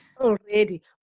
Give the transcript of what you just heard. Already